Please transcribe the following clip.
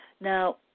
Now